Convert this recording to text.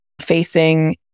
facing